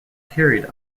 carried